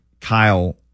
Kyle